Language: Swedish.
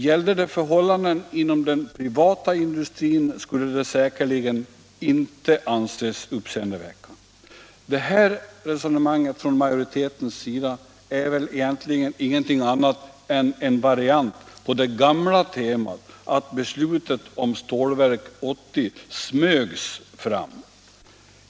Gällde det förhållanden inom den privata industrin skulle det säkerligen inte anses uppseendeväckande. Det här resonemanget från majoritetens sida är väl egentligen ingenting annat än en variant på det gamla temat att beslutet om Stålverk 80 ”smögs fram”.